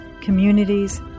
communities